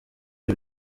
iri